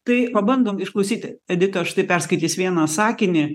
tai pabandom išklausyti edita štai perskaitys vieną sakinį